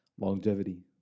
Longevity